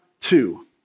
two